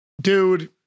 dude